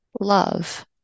love